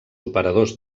operadors